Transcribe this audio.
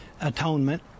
atonement